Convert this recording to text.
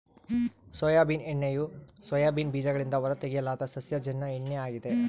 soybean ಎಣ್ಣೆಯು soybean ಬೀಜಗಳಿಂದ ಹೊರತೆಗೆಯಲಾದ ಸಸ್ಯಜನ್ಯ ಎಣ್ಣೆ ಆಗಿದೆ